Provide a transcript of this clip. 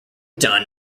done